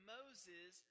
Moses